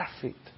perfect